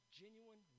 genuine